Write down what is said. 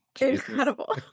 Incredible